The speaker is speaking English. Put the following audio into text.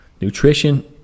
nutrition